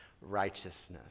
righteousness